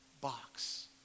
box